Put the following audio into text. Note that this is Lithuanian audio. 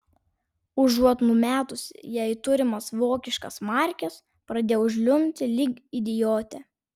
užuot numetusi jai turimas vokiškas markes pradėjau žliumbti lyg idiotė